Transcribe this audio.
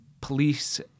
police